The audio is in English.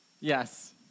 Yes